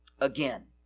again